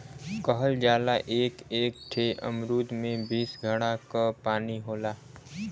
कहल जाला एक एक ठे अमरूद में बीस घड़ा क पानी होला